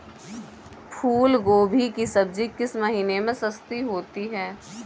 फूल गोभी की सब्जी किस महीने में सस्ती होती है?